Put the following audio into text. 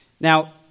Now